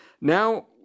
Now